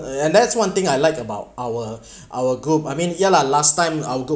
and that's one thing I liked about our our group I mean ya lah last time our group